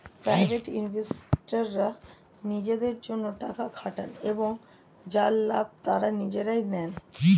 private ইনভেস্টররা নিজেদের জন্যে টাকা খাটান এবং যার লাভ তারা নিজেরাই নেন